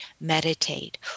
meditate